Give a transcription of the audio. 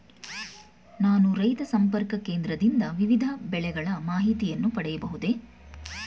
ನಾನು ರೈತ ಸಂಪರ್ಕ ಕೇಂದ್ರದಿಂದ ವಿವಿಧ ಬೆಳೆಗಳ ಮಾಹಿತಿಯನ್ನು ಪಡೆಯಬಹುದೇ?